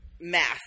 math